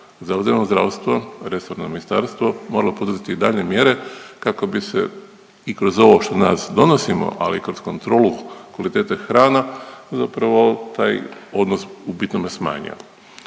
za javno zdravstvo, resorno ministarstvo moralo poduzeti i javne mjere kako bi se i kroz ovo što danas donosimo, ali i kroz kontrolu kvalitete hrana zapravo taj odnos u bitnome smanjio.